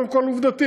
קודם כול עובדתית,